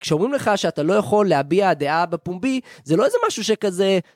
כשאומרים לך שאתה לא יכול להביע דעה בפומבי זה לא איזה משהו שכזה...